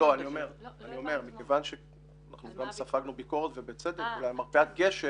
אנחנו ספגנו ביקורת ובצדק לגבי מרפאת גשר.